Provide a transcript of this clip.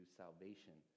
salvation